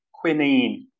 Quinine